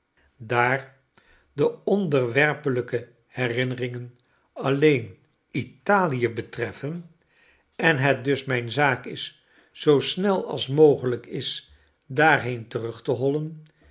daar de onderwerpelijke herinneringen alleen italie betreffen en het dus mijne zaak is zoo snel als mogelijk is daarheen terug